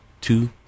two